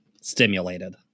stimulated